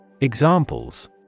Examples